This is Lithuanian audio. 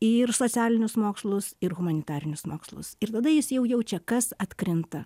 ir socialinius mokslus ir humanitarinius mokslus ir tada jis jau jaučia kas atkrinta